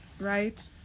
Right